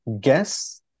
Guess